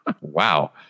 Wow